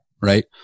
right